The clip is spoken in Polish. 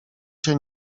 się